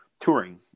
touring